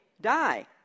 die